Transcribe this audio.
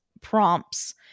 prompts